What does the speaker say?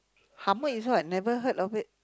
hummer is what never heard of it